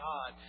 God